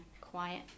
quiet